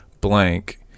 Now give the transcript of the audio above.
blank